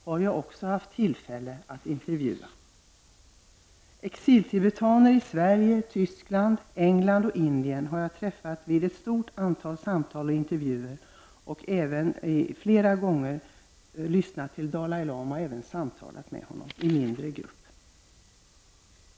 Jag har vid ett stort antal tillfällen träffat, intervjuat och haft samtal med exiltibetaner i Sverige, Tyskland, England och Indien. Jag har dessutom flera gånger träffat Dalai Lama och även samtalat med honom i mindre grupp.